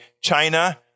China